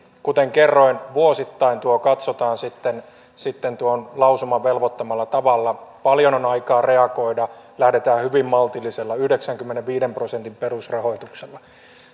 kuten kerroin vuosittain tuo katsotaan sitten sitten lausuman velvoittamalla tavalla paljon on aikaa reagoida lähdetään hyvin maltillisella yhdeksänkymmenenviiden prosentin perusrahoituksella